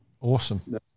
Awesome